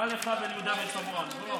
מה לך וליהודה ושומרון, בוא.